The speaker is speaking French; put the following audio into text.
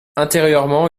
intérieurement